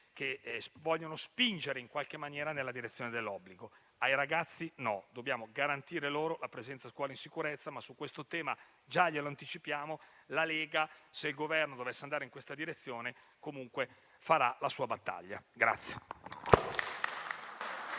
che spingono in qualche maniera nella direzione dell'obbligo. Ai ragazzi no. Dobbiamo garantire loro la presenza a scuola in sicurezza, ma su questo tema - già glielo anticipiamo - la Lega, se il Governo dovesse andare in tale direzione, comunque farà la sua battaglia.